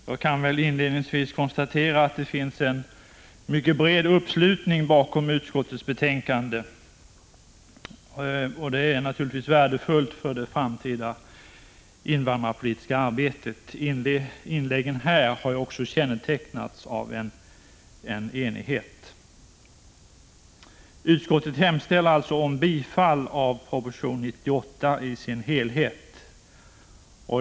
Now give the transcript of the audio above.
Jag kan inledningsvis konstatera att det finns en mycket bred uppslutning bakom utskottets betänkande, vilket är värdefullt för det framtida invandrarpolitiska arbetet. Inläggen här har också kännetecknats av enighet. Utskottet hemställer om bifall till proposition 98 i dess helhet.